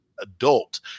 adult